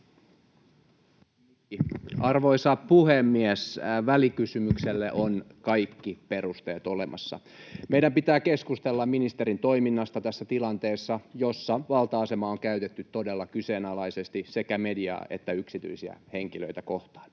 Arvoisa puhemies! Välikysymykselle on kaikki perusteet olemassa. Meidän pitää keskustella ministerin toiminnasta tässä tilanteessa, jossa valta-asemaa on käytetty todella kyseenalaisesti sekä mediaa että yksityisiä henkilöitä kohtaan.